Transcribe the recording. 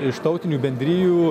iš tautinių bendrijų